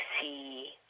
see –